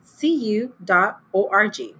cu.org